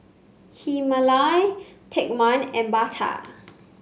Himalaya Take One and Bata